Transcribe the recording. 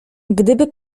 gdyby